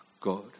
God